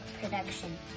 production